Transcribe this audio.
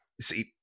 see